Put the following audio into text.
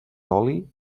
oli